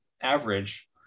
average